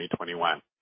2021